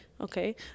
Okay